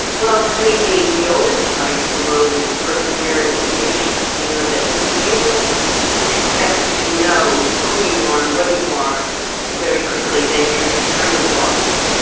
well, i mean, the the oldest advice in the world is perseverance and patience. you know that if you expect to know who you are and what you are very quickly, then you're kind of lost.